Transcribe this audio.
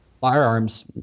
firearms